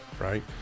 right